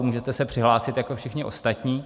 Můžete se přihlásit jako všichni ostatní.